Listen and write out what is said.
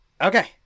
Okay